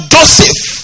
Joseph